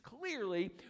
clearly